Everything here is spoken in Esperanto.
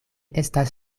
estas